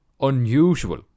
unusual